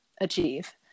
achieve